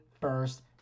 first